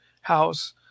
house